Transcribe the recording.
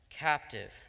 captive